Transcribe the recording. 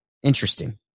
Interesting